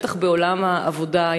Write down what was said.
בטח בעולם העבודה,